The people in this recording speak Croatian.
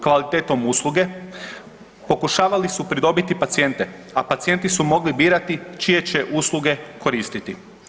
Kvalitetom usluge pokušavali su pridobiti pacijente, a pacijenti su mogli birati čije će usluge koristiti.